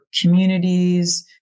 communities